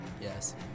yes